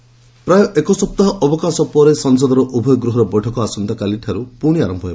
parliament ପ୍ରାୟ ଏକସପ୍ତାହ ଅବକାଶ ପରେ ସଂସଦର ଉଭୟ ଗୃହର ବୈଠକ ଆସନ୍ତାକାଲି ଠାରୁ ପୁଣି ଆରମ୍ଭ ହେବ